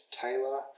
Taylor